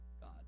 God